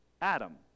Adam